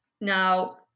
now